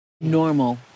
Normal